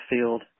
field